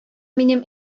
минем